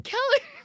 Keller